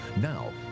Now